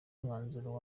umwanzuro